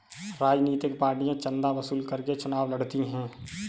राजनीतिक पार्टियां चंदा वसूल करके चुनाव लड़ती हैं